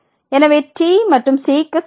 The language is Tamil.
எனவே t என்பது c க்கு சமம்